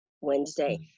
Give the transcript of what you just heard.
wednesday